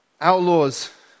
outlaws